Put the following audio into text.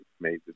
made